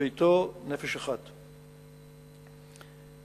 מספר הנפשות בביתו עם תצלום תעודת זהות,